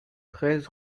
treize